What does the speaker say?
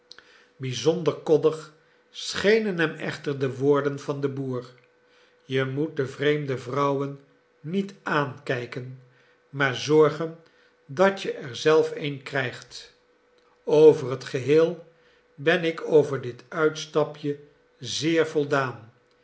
bizonder koddig schenen hem echter de woorden van den boer je moet de vreemde vrouwen niet aankijken maar zorgen dat je er zelf een krijgt over t geheel ben ik over dit uitstapje zeer voldaan